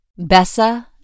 Bessa